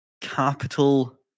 capital